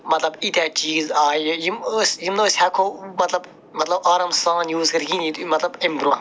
مطلب ییٖتیٛاہ چیٖز آیہِ یِم ٲسۍ یِم نہٕ أسۍ ہٮ۪کہو مطلب مطلب آرام سان یوٗز کٔرِتھ کِہیٖنۍ یُتھٕے مطلب اَمہِ برونٛہہ